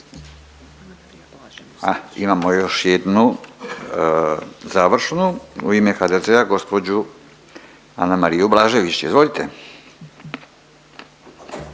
imamo još jednu završnu u ime HDZ-a, gđu Anamariju Blažević, izvolite.